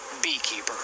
beekeeper